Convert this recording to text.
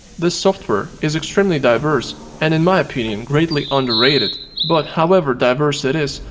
this software is extremely diverse and, in my opinion, greatly underrated. but, however diverse it is,